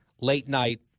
late-night